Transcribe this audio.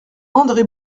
andré